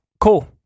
Cool